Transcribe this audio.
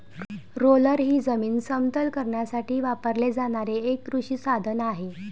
roller हे जमीन समतल करण्यासाठी वापरले जाणारे एक कृषी साधन आहे